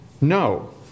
no